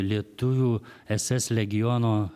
lietuvių eses legiono